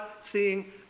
seeing